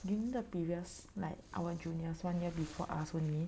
you know the previous year like our juniors one year before us only